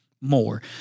more